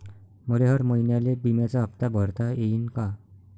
मले हर महिन्याले बिम्याचा हप्ता भरता येईन का?